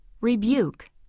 rebuke